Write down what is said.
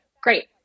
great